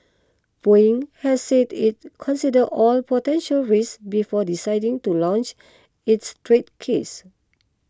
Boeing has said it considered all potential risks before deciding to launch its trade case